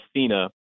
Cena